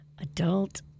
adult